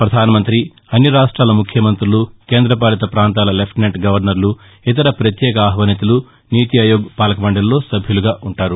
పధాన మంత్రి అన్ని రాష్ట్లల ముఖ్యమం్తులు కేంద్ర పాలిత ప్రాంతాల లెఫ్టినెంట్ గవర్నర్లు ఇతర పత్యేక ఆహ్వానితులు నీతి ఆయోగ్ పాలక మండలిలో సభ్యులుగా ఉంటారు